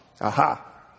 Aha